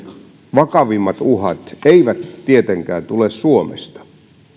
vakavimmat uhat eivät tietenkään tule suomesta